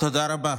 תודה רבה.